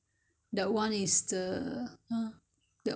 that [one] need to go to the market I think downstairs [ho]